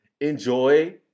enjoy